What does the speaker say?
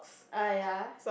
ah ya